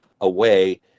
away